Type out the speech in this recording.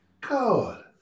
God